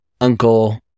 Uncle